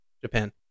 Japan